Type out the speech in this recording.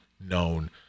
known